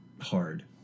hard